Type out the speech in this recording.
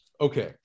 Okay